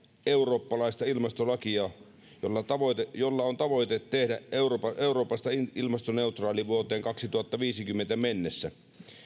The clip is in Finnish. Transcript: eurooppalaista ilmastolakia jolla on tavoitteena tehdä euroopasta euroopasta ilmastoneutraali vuoteen kaksituhattaviisikymmentä mennessä